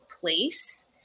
place